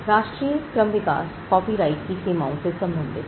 राष्ट्रीय क्रम विकास कॉपीराइट की सीमाओं से संबंधित है